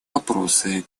вопросы